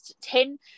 Ten